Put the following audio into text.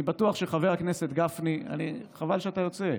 אני בטוח, חבר הכנסת גפני, חבל שאתה יוצא.